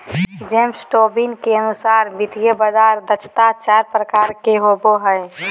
James Tobin के अनुसार वित्तीय बाजार दक्षता चार प्रकार के होवो हय